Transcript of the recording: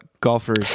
Golfers